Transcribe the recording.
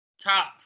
top